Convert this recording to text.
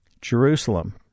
Jerusalem